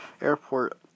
Airport